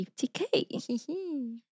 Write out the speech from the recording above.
50k